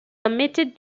omitted